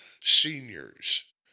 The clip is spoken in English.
seniors